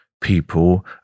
people